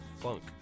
funk